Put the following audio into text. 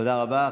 תודה רבה.